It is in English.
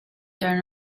turn